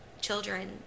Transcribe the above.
children